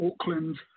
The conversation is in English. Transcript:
Auckland